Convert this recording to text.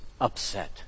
upset